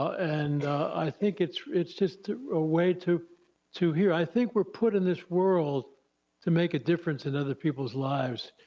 and i think it's it's just a way to to hear, i think we're put in this world to make a difference in other peoples' lives.